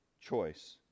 choice